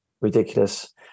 ridiculous